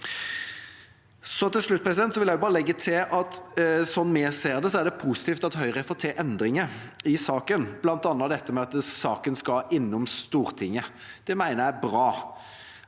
Til slutt vil jeg bare legge til at sånn vi ser det, er det positivt at Høyre får til endringer i saken, bl.a. dette med at saken skal innom Stortinget. Det mener jeg er bra.